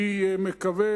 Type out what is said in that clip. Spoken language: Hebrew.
אני מקווה,